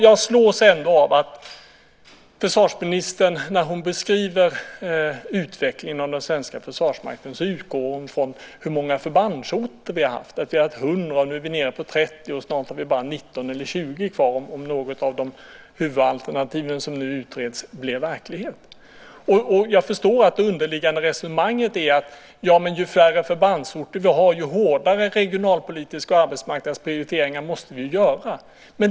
Jag slås ändå av att försvarsministern när hon beskriver utvecklingen av den svenska försvarsmakten utgår ifrån hur många förbandsorter vi har haft. Vi har haft 100. Nu är vi nere på 30. Snart har vi bara 19 eller 20 kvar om något av de huvudalternativ som nu utreds blir verklighet. Jag förstår att det underliggande resonemanget är att ju färre förbandsorter vi har, desto hårdare regionalpolitiska och arbetsmarknadspolitiska prioriteringar måste vi göra.